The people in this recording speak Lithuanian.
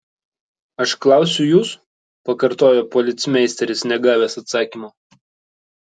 aš klausiu jus pakartojo policmeisteris negavęs atsakymo